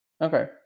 Okay